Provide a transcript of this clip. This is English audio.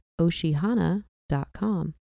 Oshihana.com